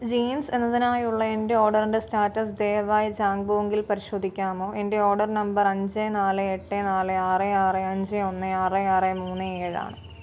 jeans എന്നതിനായുള്ള എൻ്റെ ഓർഡറിൻ്റെ സ്റ്റാറ്റസ് ദയവായി ജബോംഗിൽ പരിശോധിക്കാമോ എൻ്റെ ഓർഡർ നമ്പർ അഞ്ച് നാല് എട്ട് നാല് ആറ് ആറ് അഞ്ച് ഒന്ന് ആറ് ആറ് മൂന്ന് ഏഴ് ആണ്